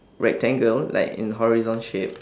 rectangle like in horizon shape